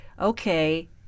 okay